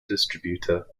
distributor